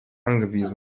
angewiesen